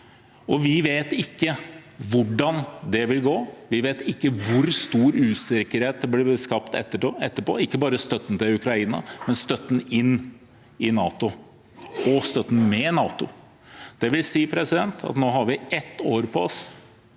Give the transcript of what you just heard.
Vi vet ikke hvordan det vil gå. Vi vet ikke hvor stor usikkerhet som blir skapt etterpå, ikke bare i støtten til Ukraina, men i støtten inn til NATO, og i støtten til NATO. Det vil si at nå har vi ett år på oss